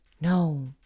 No